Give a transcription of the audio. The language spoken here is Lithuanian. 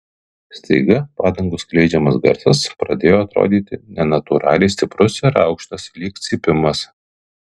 staiga padangų skleidžiamas garsas pradėjo atrodyti nenatūraliai stiprus ir aukštas lyg cypimas